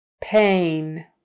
Pain